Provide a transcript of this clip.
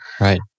Right